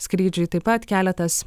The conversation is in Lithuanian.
skrydžiui taip pat keletas